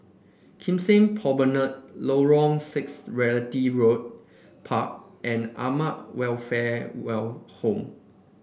Kim Seng Promenade Lorong six Realty Road Park and Welfare well Home